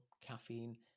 caffeine